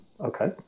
Okay